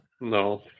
No